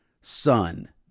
son